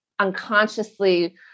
Unconsciously